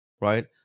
right